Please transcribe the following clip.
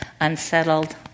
unsettled